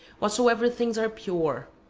whatsoever things are pure,